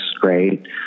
great